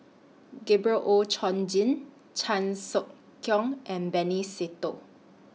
Gabriel Oon Chong Jin Chan Sek Keong and Benny Se Teo